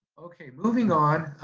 okay, moving on.